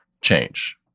Change